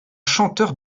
chanteur